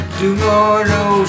tomorrow